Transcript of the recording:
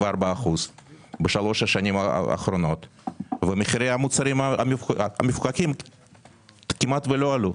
בשלוש השנים האחרונות ומחירי המוצרים המפוקחים כמעט ולא עלו.